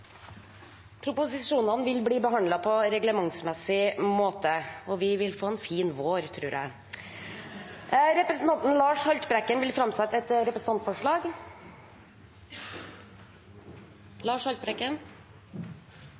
Proposisjonene vil bli behandlet på reglementsmessig måte. Vi vil få en fin vår, tror jeg! Representanten Lars Haltbrekken vil framsette et